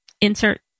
insert